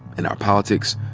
and our politics,